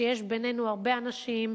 שיש בינינו הרבה אנשים,